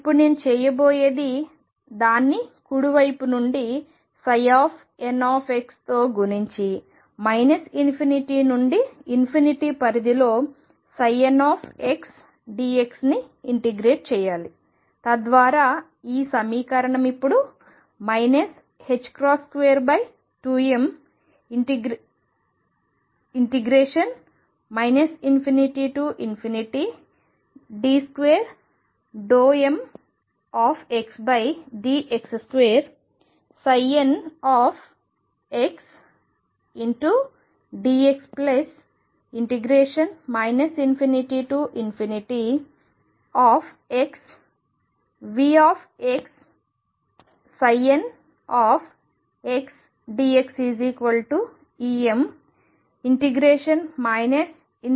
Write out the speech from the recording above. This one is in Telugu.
ఇప్పుడు నేను చేయబోయేది దాన్ని కుడి వైపు నుండి n తో గుణించి ∞ నుండి పరిధి లో n dx ని ఇంటిగ్రేట్ చేయాలి తద్వారా ఈ సమీకరణం ఇప్పుడు 22m ∞d2mdx2ndx ∞mVxndxEm ∞mndx అవుతుంది